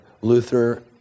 Luther